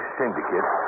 syndicate